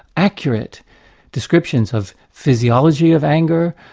accurate descriptions of physiology of anger,